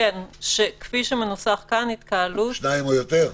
כפי שמנוסח כאן, התקהלות היא שני אנשים או יותר.